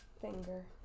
finger